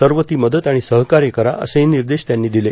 सर्व ती मदत आणि सहकार्य करा असेही निर्देश त्यांनी दिले